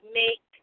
make